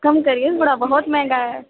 کم کرئیے تھوڑا بہت مہنگا ہے